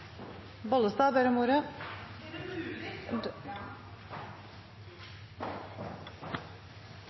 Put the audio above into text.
Bollestad er